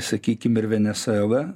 sakykim ir venesuela